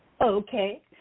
Okay